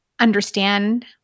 understand